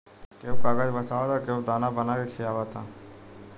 कोई कागज बचावता त केहू दाना बना के खिआवता